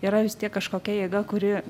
yra vis tiek kažkokia jėga kuri